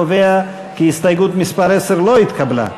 אני קובע כי הסתייגות מס' 10 לא התקבלה.